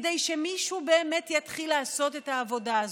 כדי שמישהו באמת יתחיל לעשות את העבודה הזאת.